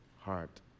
heart